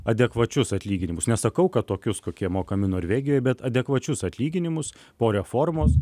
adekvačius atlyginimus nesakau kad tokius kokie mokami norvegijoj bet adekvačius atlyginimus po reformos